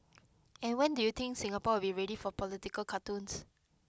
and when do you think Singapore will be ready for political cartoons